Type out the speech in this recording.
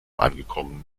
angekommen